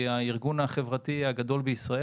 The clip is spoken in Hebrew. החברה למתנ"סים היא הארגון החברתי הגדול בישראל.